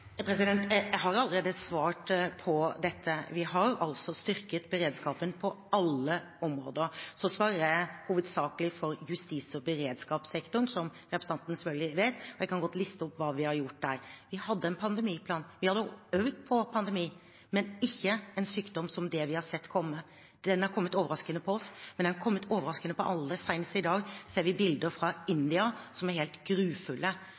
Jeg har allerede svart på dette. Vi har styrket beredskapen på alle områder. Så svarer jeg hovedsakelig for justis- og beredskapssektoren, som representanten Henriksen selvfølgelig vet. Jeg kan godt liste opp hva vi har gjort der. Vi hadde en pandemiplan. Vi hadde øvd på pandemi, men ikke en sykdom som det vi har sett komme. Den har kommet overaskende på oss, men den har kommet overraskende på alle. Senest i dag ser vi bilder fra India som er helt grufulle.